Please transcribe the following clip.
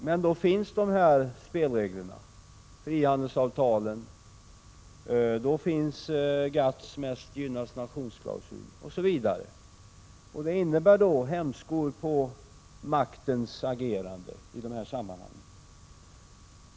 Men då finns de här spelreglerna, frihandelsav talen. Då finns GATT:s klausul om mest gynnade nation osv. Detta innebär Prot. 1986/87:47 hämskor på maktens agerande i dessa sammanhang.